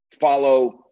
follow